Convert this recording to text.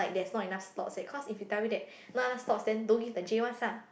not enough slots leh cause if they tell you that not enough slots then don't give the J ones lah